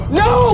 no